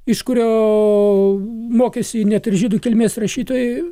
iš kurioo mokėsi ne tik žydų kilmės rašytojai